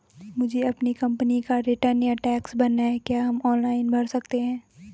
मुझे अपनी कंपनी का रिटर्न या टैक्स भरना है क्या हम ऑनलाइन भर सकते हैं?